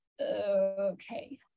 Okay